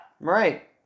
Right